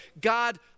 God